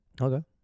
okay